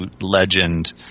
legend